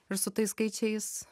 ir su tais skaičiais